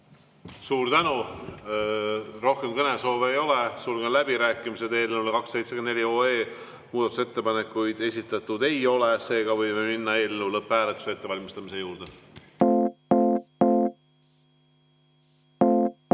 Suur tänu! Rohkem kõnesoove ei ole, sulgen läbirääkimised. Eelnõu 274 kohta muudatusettepanekuid esitatud ei ole, seega võime minna eelnõu lõpphääletuse ettevalmistamise juurde.